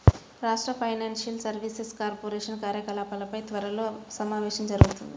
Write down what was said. రాష్ట్ర financial services corporation కార్యకలాపాలపై త్వరలో సమావేశం జరుగుతుంది